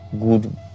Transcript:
good